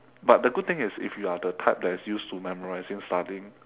but the good thing is if you are the type that is used to memorizing studying